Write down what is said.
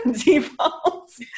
defaults